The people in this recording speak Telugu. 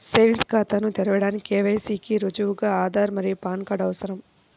సేవింగ్స్ ఖాతాను తెరవడానికి కే.వై.సి కి రుజువుగా ఆధార్ మరియు పాన్ కార్డ్ అవసరం